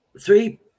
three